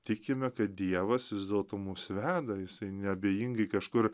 tikime kad dievas vis dėlto mus veda jisai neabejingai kažkur